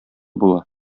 була